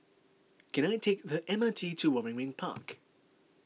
can I take the M R T to Waringin Park